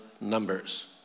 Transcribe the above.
numbers